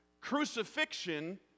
crucifixion